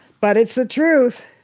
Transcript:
but it's the truth.